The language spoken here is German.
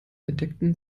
entdeckten